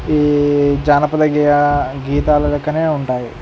ఈ జానపద గేయా గీతాల లెక్కనే ఉంటాయి